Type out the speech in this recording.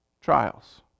trials